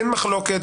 אין מחלוקת,